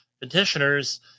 petitioners